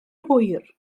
hwyr